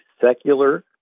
secular